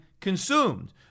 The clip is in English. consumed